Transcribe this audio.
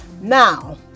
Now